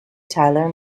tyler